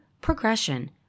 progression